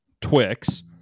Twix